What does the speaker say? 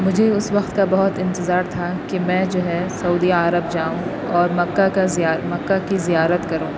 مجھے اس وقت کا بہت انتظار تھا کہ میں جو ہے سعودیہ عرب جاؤں اور مکہ کا زیا مکہ کی زیارت کروں